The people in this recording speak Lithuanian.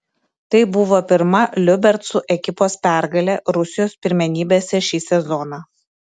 tai buvo pirma liubercų ekipos pergalė rusijos pirmenybėse šį sezoną